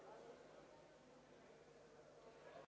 Hvala